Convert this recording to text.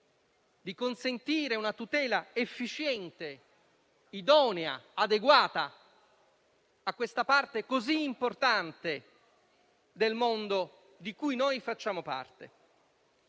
di consentire anzi una tutela efficiente, idonea e adeguata a questa parte così importante del mondo, di cui facciamo parte.